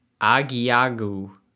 Agiagu